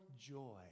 joy